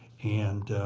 and